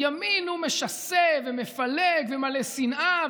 הימין משסה ומפלג ומלא שנאה,